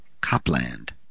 Copland